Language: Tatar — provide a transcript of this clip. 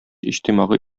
иҗтимагый